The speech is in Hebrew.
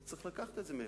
צריך לקחת את זה מאיפשהו.